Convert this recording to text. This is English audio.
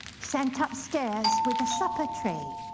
sent upstairs with a supper tray,